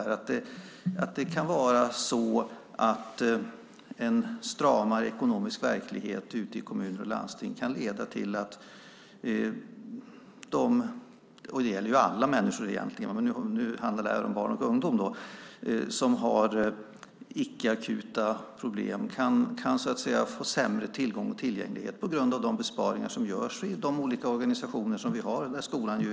Kan det vara så att en stramare ekonomisk verklighet ute i kommuner och landsting kan leda till att de som har icke akuta problem får sämre tillgång och tillgänglighet på grund av de besparingar som görs i de olika organisationer vi har, där skolan är en?